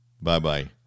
Bye-bye